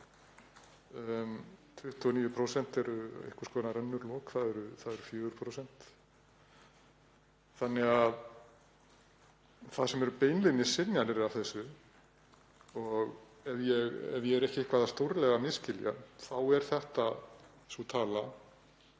29 eru einhvers konar önnur lok. Það eru 4%. Það sem eru beinlínis synjanir af þessu — og ef ég er ekki eitthvað stórlega að misskilja þá er þetta sú tala